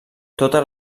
totes